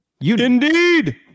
Indeed